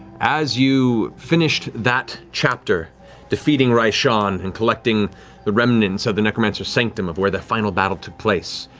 as you finished that chapter defeating raishan and collecting the remnants of the necromancer's sanctum of where the final battle took place,